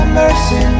mercy